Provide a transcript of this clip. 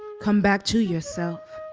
come back to yourself.